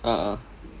a'ah